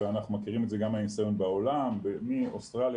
אנחנו מכירים את זה גם מהניסיון בעולם- מאוסטרליה,